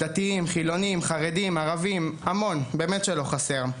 דתיים, חילונים, חרדים וערבים, באמת שלא חסר.